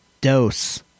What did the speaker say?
Dose